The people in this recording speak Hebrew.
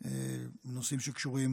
לנושאים שקשורים